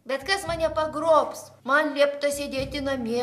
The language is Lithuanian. bet kas mane pagrobs man liepta sėdėti namie